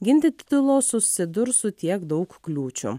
ginti titulo susidurs su tiek daug kliūčių